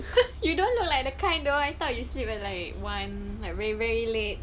you don't look like the kind though I thought you sleep at like one like very very late